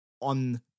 on